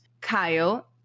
Kyle